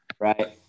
Right